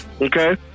okay